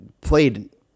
played